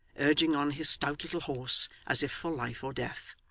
urging on his stout little horse as if for life or death.